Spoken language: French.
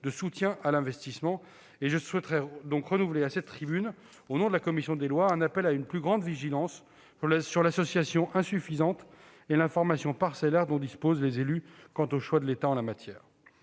de soutien à l'investissement. Je souhaiterais donc renouveler à cette tribune, au nom de la commission des lois, un appel à la plus grande vigilance sur l'association insuffisante et l'information parcellaire dont disposent les élus quant aux choix de l'État en la matière.